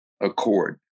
accord